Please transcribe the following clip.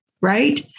right